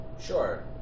Sure